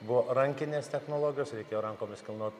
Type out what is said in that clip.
buvo rankinės technologijos reikėjo rankomis kilnot